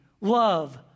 love